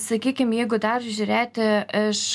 sakykim jeigu dar žiūrėti iš